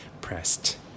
pressed